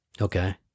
okay